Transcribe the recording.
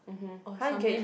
or something